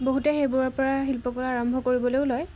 বহুতে সেইবোৰৰ পৰা শিল্পকলা আৰম্ভ কৰিবলৈও লয়